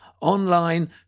Online